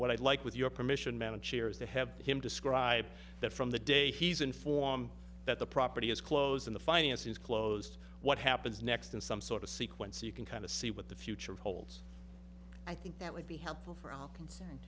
what i'd like with your permission manage share is they have him describe that from the day he's informed that the property is closed in the finance is closed what happens next is some sort of sequence you can kind of see what the future holds i think that would be helpful for all con